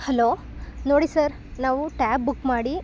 hello ನೋಡಿ sir ನಾವು tab book ಮಾಡಿ